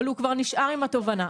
אבל הוא כבר נשאר עם התובענה.